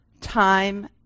time